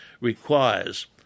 requires